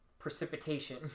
precipitation